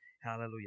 Hallelujah